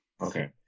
okay